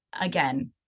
again